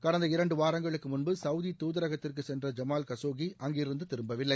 கடந்த இரண்டு வாரங்களுக்கு முன்பு சவுதி தூதரகத்திற்கு சென்ற ஜமால் கசோகி அங்கிருந்து திரும்பவில்லை